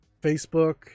facebook